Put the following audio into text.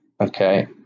okay